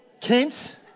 Kent